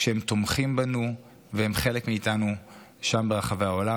כשהם תומכים בנו והם חלק מאיתנו שם ברחבי העולם.